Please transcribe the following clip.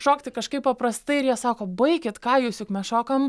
šokti kažkaip paprastai ir jie sako baikit ką jūs juk mes šokam